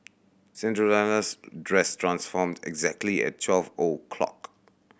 Cinderella's dress transformed exactly at twelve O clock